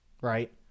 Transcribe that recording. right